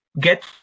get